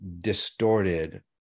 distorted